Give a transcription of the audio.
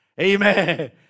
Amen